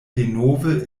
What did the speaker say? denove